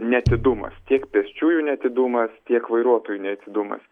neatidumas tiek pėsčiųjų neatidumas tiek vairuotojų neatidumas